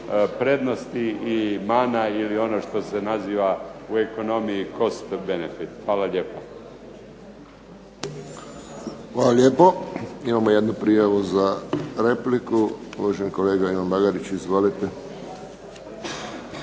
prednosti i mana ili ono što se naziva u ekonomiji cost benefit. Hvala lijepo. **Friščić, Josip (HSS)** Hvala lijepo. Imamo jednu prijavu za repliku. Uvaženi kolega Ivan Bagarić. Izvolite.